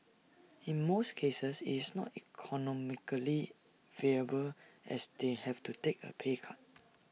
in most cases is not economically viable as they have to take A pay cut